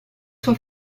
sua